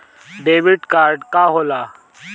Debit card का होला?